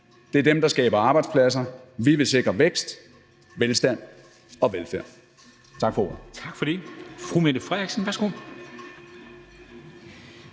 Det er dem, der skaber arbejdspladser. Vi vil sikre vækst, velstand og velfærd. Tak for ordet. Kl. 13:29 Formanden (Henrik Dam